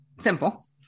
simple